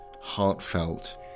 heartfelt